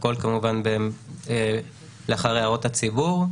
הכול כמובן לאחר הערות הציבור,